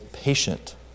patient